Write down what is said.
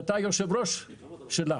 שאתה היושב-ראש שלה.